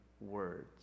words